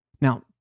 Now